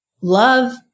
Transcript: love